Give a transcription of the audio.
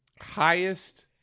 highest